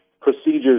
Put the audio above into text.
procedures